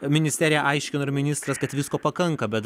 ministerija aiškino ir ministras kad visko pakanka bet